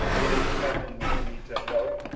it is nothing with thee to help,